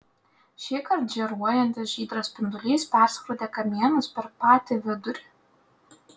šįkart žėruojantis žydras spindulys perskrodė kamienus per patį vidurį